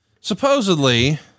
Supposedly